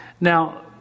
Now